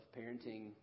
parenting